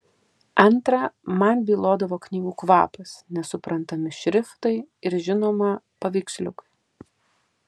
antra man bylodavo knygų kvapas nesuprantami šriftai ir žinoma paveiksliukai